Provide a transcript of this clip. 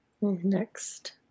Next